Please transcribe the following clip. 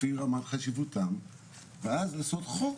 לפי רמת חשיבותם ואז לעשות חוק,